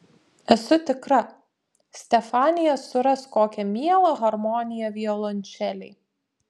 esu tikra stefanija suras kokią mielą harmoniją violončelei